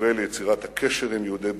כמסווה ליצירת הקשר עם יהודי ברית-המועצות.